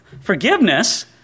Forgiveness